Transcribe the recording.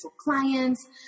clients